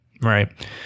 right